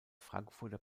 frankfurter